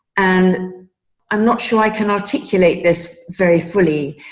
and i'm not sure i can articulate this very fully.